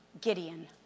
Gideon